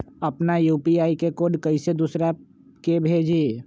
अपना यू.पी.आई के कोड कईसे दूसरा के भेजी?